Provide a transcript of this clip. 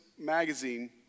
magazine